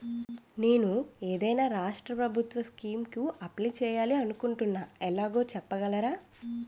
నేను ఏదైనా రాష్ట్రం ప్రభుత్వం స్కీం కు అప్లై చేయాలి అనుకుంటున్నా ఎలాగో చెప్పగలరా?